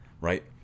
right